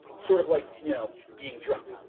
sort of like you know being drunk.